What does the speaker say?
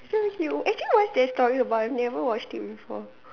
seriously actually what's that story about I've never watched it before